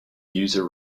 user